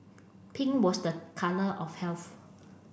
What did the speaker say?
pink was the colour of health